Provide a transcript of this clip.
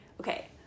Okay